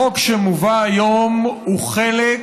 החוק שמובא היום הוא חלק